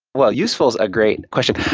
well, useful is a great question.